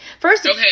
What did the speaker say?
First